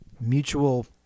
Mutual